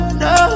no